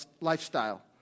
lifestyle